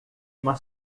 uma